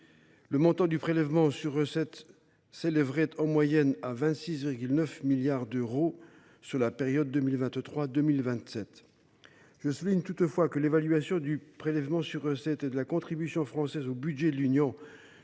européenne s’élèverait en effet en moyenne à 26,9 milliards d’euros sur la période 2023 2027. Je souligne toutefois que l’évaluation du prélèvement sur recettes et de la contribution française au budget de l’Union